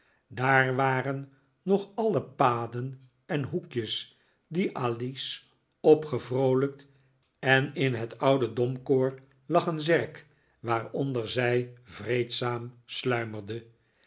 daar waren nog alle paden en hoekjes die alice had opgevroolijkt en in het oude domkoor lag een zerk waaronder zij vreedzaam sluimerde